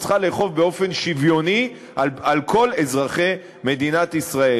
והיא צריכה לאכוף באופן שוויוני על כל אזרחי מדינת ישראל.